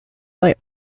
light